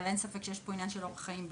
אבל אין ספק שיש פה עניין של אורח חיים בריא.